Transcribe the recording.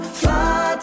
fly